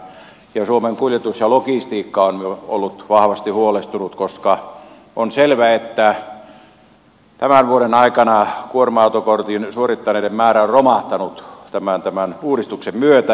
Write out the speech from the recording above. ja suomen kuljetus ja logistiikka ry on ollut vahvasti huolestunut koska on selvää että tämän vuoden aikana kuorma autokortin suorittaneiden määrä on romahtanut tämän uudistuksen myötä